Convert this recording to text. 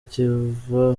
kiva